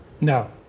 No